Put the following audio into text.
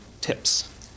tips